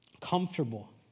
comfortable